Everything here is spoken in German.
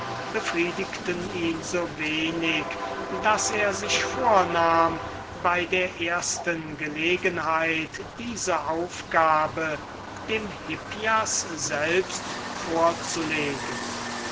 befriedigten ihn so wenig daß er sich vornahm bei der ersten gelegenheit dieses problem dem hippias selbst vorzulegen